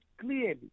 clearly